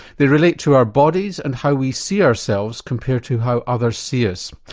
they relate to our bodies and how we see ourselves compared to how others see us.